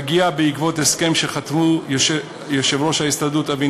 מגיע בעקבות הסכם שחתמו יושב-ראש ההסתדרות אבי